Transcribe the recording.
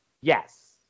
yes